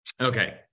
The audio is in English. Okay